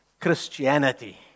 Christianity